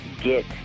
Get